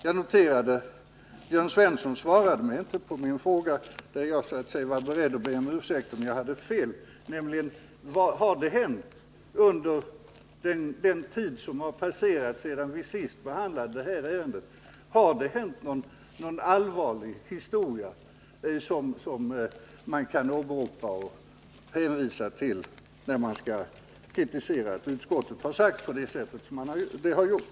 Jag noterade att Jörn Svensson inte svarade på min fråga, där jag så att säga var beredd att be om ursäkt, om jag hade fel. Har det, Jörn Svensson, under den tid som passerat sedan vi senast behandlade detta ärende inträffat någon allvarlig händelse som man kan åberopa när man kritiserar vad utskottet har sagt?